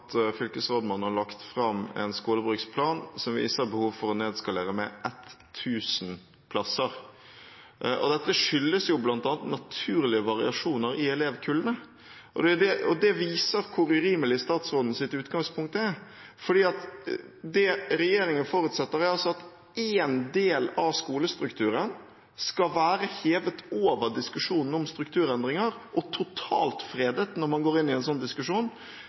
at fylkesrådmannen har lagt fram en skolebruksplan som viser behov for å nedskalere med 1 000 plasser. Dette skyldes bl.a. naturlige variasjoner i elevkullene. Det viser hvor urimelig statsrådens utgangspunkt er, for det regjeringen forutsetter, er at en del av skolestrukturen skal være hevet over diskusjonen om strukturendringer og totalt fredet når man går inn i en sånn diskusjon,